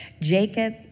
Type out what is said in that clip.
Jacob